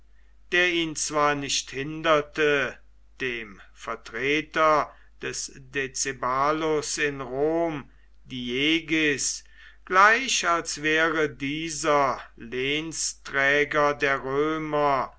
der ihn zwar nicht hinderte dem vertreter des decebalus in rom diegis gleich als wäre dieser lehnsträger der römer